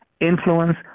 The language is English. influence